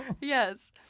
Yes